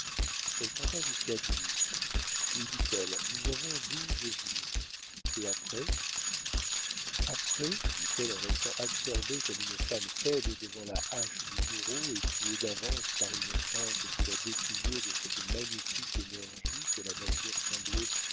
elle compta jusqu'à douze oui dit-elle nous avons douze jours et après après dit-elle en restant absorbée comme une femme faible devant la hache du bourreau et tuée d'avance par une crainte qui la dépouillait de cette magnifique énergie que la nature semblait